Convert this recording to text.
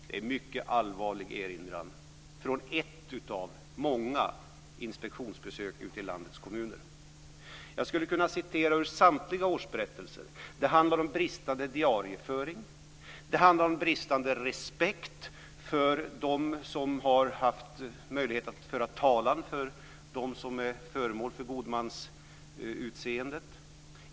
Det är en mycket allvarlig erinran från ett av många inspektionsbesök ute i landets kommuner. Jag skulle kunna citera ur samtliga årsberättelser. Det handlar där om bristande diarieföring och om bristande respekt för dem som har haft möjlighet att föra talan för dem som är föremål för godmanstillsyn.